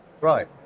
Right